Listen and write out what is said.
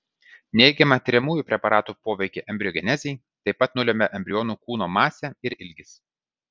neigiamą tiriamųjų preparatų poveikį embriogenezei taip pat nulemia embrionų kūno masė ir ilgis